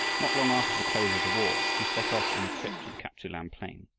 not long after the close of the war, he set off on a trip to the kap-tsu-lan plain.